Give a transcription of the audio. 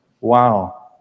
Wow